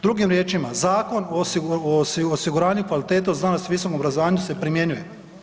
Drugim riječima Zakon o osiguranju kvalitete u znanosti i visokom obrazovanju se primjenjuje.